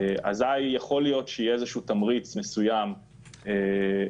אזי יכול להיות שיהיה איזשהו תמריץ מסוים -- להכרזה.